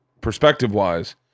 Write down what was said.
perspective-wise